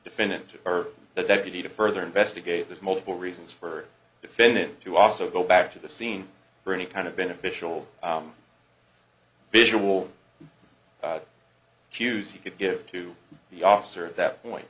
defendant or the deputy to further investigate there's multiple reasons for defendant to also go back to the scene for any kind of beneficial visual cues he could give to the officer at that point